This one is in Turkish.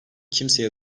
kimseye